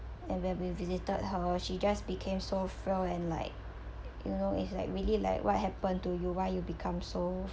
and when we visited her she just became so frail and like you know it's like really like what happened to you why you become so